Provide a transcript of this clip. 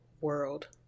world